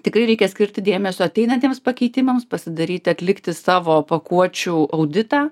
tikrai reikia skirti dėmesio ateinantiems pakeitimams pasidaryti atlikti savo pakuočių auditą